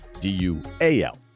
D-U-A-L